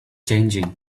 changing